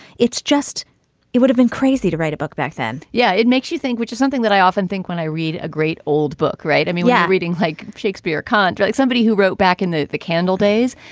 it's just it would've been crazy to write a book back then yeah, it makes you think. which is something that i often think when i read a great old book. right? i mean, yeah. reading like shakespeare can't drag somebody who wrote back in the the candle days.